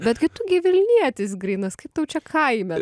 bet gi tu gi vilnietis grynas kaip tau čia kaime